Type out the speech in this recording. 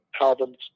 albums